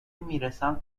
میرسم